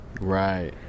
Right